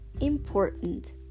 important